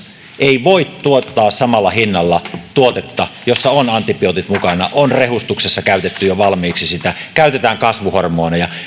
ei voi tuottaa samalla hinnalla tuotetta jossa on antibiootit mukana on rehustuksessa käytetty jo valmiiksi sitä käytetään kasvuhormoneja